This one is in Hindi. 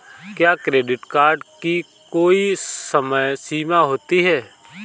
क्या क्रेडिट कार्ड की कोई समय सीमा होती है?